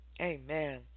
Amen